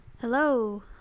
Hello